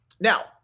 now